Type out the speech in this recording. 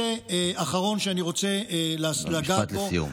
הנושא האחרון שאני רוצה לגעת בו, משפט לסיום.